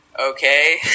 okay